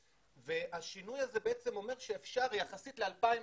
השינוי הזה אומר שאפשר, וזה יחסית ל-2019,